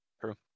True